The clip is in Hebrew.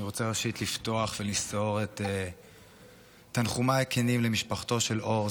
אני רוצה ראשית לפתוח ולמסור את תנחומיי הכנים למשפחתו של אור,